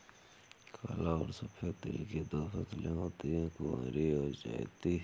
काला और सफेद तिल की दो फसलें होती है कुवारी और चैती